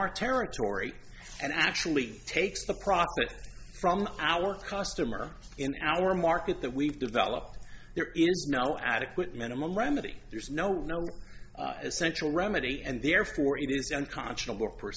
our territory and actually takes the profit from our customer in our market that we've developed there is no adequate minimum remedy there's no winner essential remedy and therefore he is unconscionable per